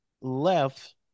left